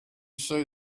see